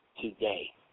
today